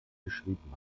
geschrieben